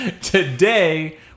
Today